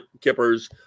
kippers